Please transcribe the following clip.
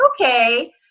okay